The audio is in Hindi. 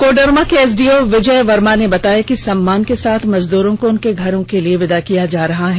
कोडरमा के एसडीओ विजय वर्मा ने बताया कि सम्मान के साथ मजदूरों को उनके घर के लिए विदा किया जा रहा है